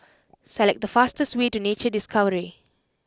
select the fastest way to Nature Discovery